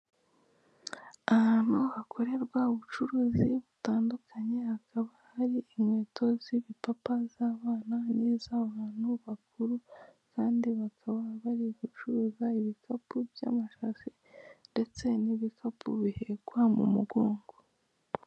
Ahantu hakorerwa ubucuruzi butandukanye hakaba hari inkweto z'ibipapa za'bana n'iz'abantu bakuru kandi bakaba bari gucuruza ibikapu by'amashashi ndetse n'ibikapu bihekwa mu mugongo.